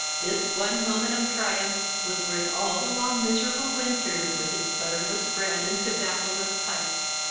this one moment of triumph was worth all the long miserable winter with its butterless bread and tobaccoless pipes.